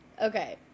Okay